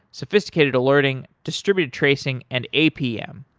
sophisticated alerting, distributed tracing and apm.